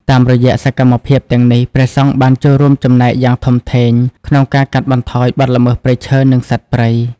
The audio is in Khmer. តាមរយៈសកម្មភាពទាំងនេះ ព្រះសង្ឃបានចូលរួមចំណែកយ៉ាងធំធេងក្នុងការកាត់បន្ថយបទល្មើសព្រៃឈើ និងសត្វព្រៃ។